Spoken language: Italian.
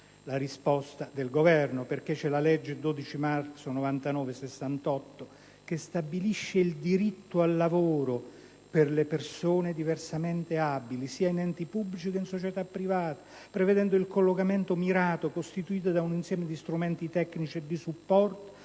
la risposta del Governo, perché ricordo che la legge n. 68 del 12 marzo 1999 stabilisce il diritto al lavoro per le persone diversamente abili, sia in enti pubblici che in società private, prevedendo il collocamento mirato costituito da un insieme di strumenti tecnici e di supporto